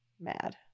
mad